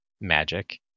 magic